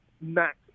max